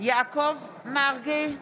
יעקב מרגי,